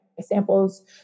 samples